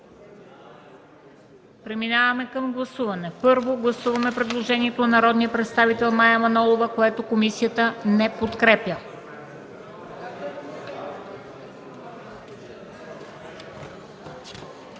Преминаваме към гласуване. Гласуваме предложението на народния представител Мая Манолова, което комисията не подкрепя.